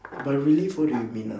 by relive what do you mean ah